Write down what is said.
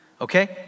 okay